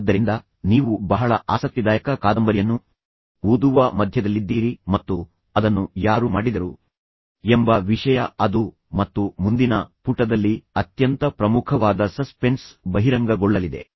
ಆದ್ದರಿಂದ ನೀವು ಬಹಳ ಆಸಕ್ತಿದಾಯಕ ಕಾದಂಬರಿಯನ್ನು ಓದುವ ಮಧ್ಯದಲ್ಲಿದ್ದೀರಿ ಮತ್ತು ಅದನ್ನು ಯಾರು ಮಾಡಿದರು ಎಂಬ ವಿಷಯ ಅದು ಮತ್ತು ಮುಂದಿನ ಪುಟದಲ್ಲಿ ಅತ್ಯಂತ ಪ್ರಮುಖವಾದ ಸಸ್ಪೆನ್ಸ್ ಬಹಿರಂಗಗೊಳ್ಳಲಿದೆ